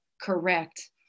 correct